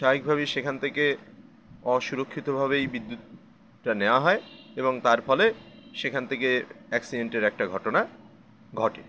সহায়িকভাবেই সেখান থেকে অসুরক্ষিতভাবে এই বিদ্যুৎটা নেওয়া হয় এবং তার ফলে সেখান থেকে অ্যাক্সিডেন্টের একটা ঘটনা ঘটে